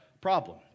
problem